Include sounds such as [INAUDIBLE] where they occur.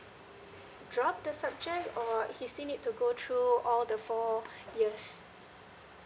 drop the subject or he still need to go through all the four [BREATH] years